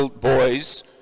boys